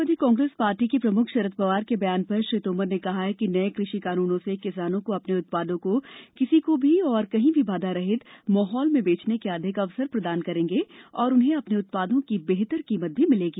राष्ट्रवादी Congress party के प्रमुख शरद पवार के बयान पर श्री तोमर ने कहा कि नये किसी कानूनों से किसानों को अपने उत्पादों को किसी को भी और कहीं भी बाधा रहित माहौल में बेचने के अधिक अवसर प्रदान करेंगे तथा उन्हें अपने उत्पादों की बेहतर कीमत मिलेगी